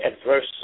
adverse